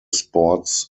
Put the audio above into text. sports